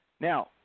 Now